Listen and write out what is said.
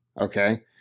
Okay